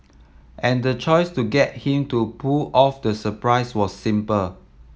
and the choice to get him to pull off the surprise was simple